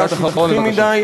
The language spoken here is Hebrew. היה שטחי מדי,